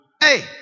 hey